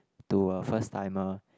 to her first timer